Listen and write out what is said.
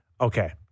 Okay